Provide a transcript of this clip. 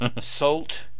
salt